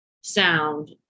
sound